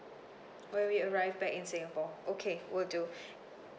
when we arrive back in singapore okay will do